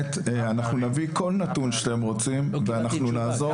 ואנחנו נביא כל נתון שאתם רוצים ונעזור --- לא קיבלתי תשובה,